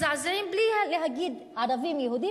שמזעזעים, בלי להגיד "ערבים" ו"יהודים".